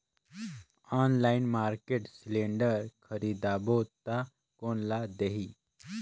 Online market cylinder खरीदबो ता कोन ला देही?